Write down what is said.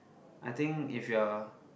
I think if you are